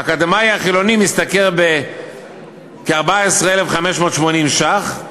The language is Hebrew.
האקדמאי החילוני משתכר 14,580 שקלים,